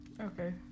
Okay